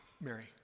Mary